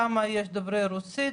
כמה יש דוברי רוסית,